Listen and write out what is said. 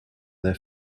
their